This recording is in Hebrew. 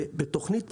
בתוכנית תמיכה,